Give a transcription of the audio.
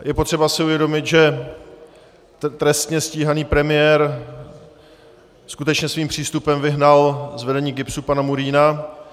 Je potřeba si uvědomit, že trestně stíhaný premiér skutečně svým přístupem vyhnal z vedení GIBS pana Murína.